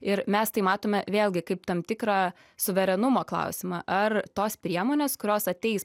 ir mes tai matome vėlgi kaip tam tikrą suverenumo klausimą ar tos priemonės kurios ateis